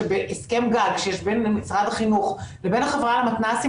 שבהסכם גג שיש בין משרד החינוך לבין החברה למתנ"סים